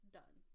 done